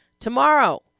Tomorrow